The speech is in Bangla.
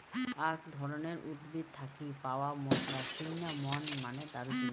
আক ধরণের উদ্ভিদ থাকি পাওয়া মশলা, সিন্নামন মানে দারুচিনি